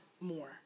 more